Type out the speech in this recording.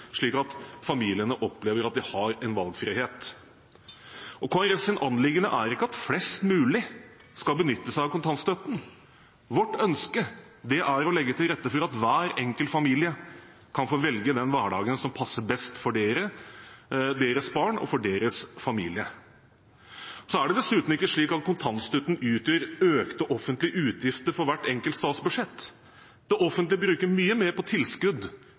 slik at familiene opplever at de har en valgfrihet. Kristelig Folkepartis anliggende er ikke at flest mulig skal benytte seg av kontantstøtten. Vårt ønske er å legge til rette for at hver enkelt familie kan få velge den hverdagen som passer best for deres barn og for deres familie. Så er det dessuten ikke slik at kontantstøtten utgjør økte offentlige utgifter i hvert enkelt statsbudsjett. Det offentlige bruker mye mer på tilskudd